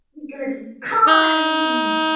he's going to be kind,